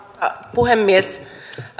puhemies